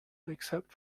except